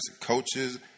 coaches